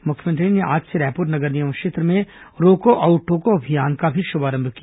मुख्यमंत्री ने आज से रायपुर नगर निगम क्षेत्र में रोको अउ टोको अभियान का भी शुभारंभ किया